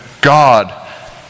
God